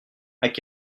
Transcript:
quelle